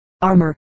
armor